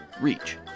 reach